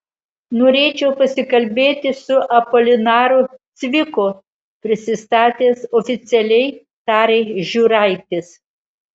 norėčiau pasikalbėti su apolinaru cviku prisistatęs oficialiai tarė žiūraitis